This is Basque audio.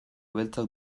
beltzak